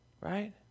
Right